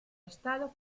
estado